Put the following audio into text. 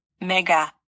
Mega